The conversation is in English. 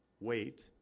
wait